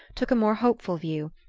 took a more hopeful view,